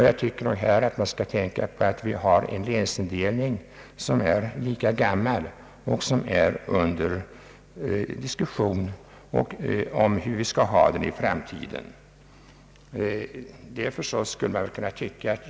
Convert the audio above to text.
Jag tycker att vi här bör tänka på att vår länsindelning är lika gammal, och hur den skall utformas i framtiden är ju för närvarande under diskussion.